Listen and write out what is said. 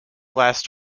last